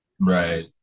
right